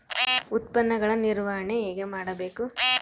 ಉತ್ಪನ್ನಗಳ ನಿರ್ವಹಣೆ ಹೇಗೆ ಮಾಡಬೇಕು?